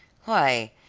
why,